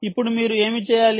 ఇప్పుడు మీరు ఏమి చేయాలి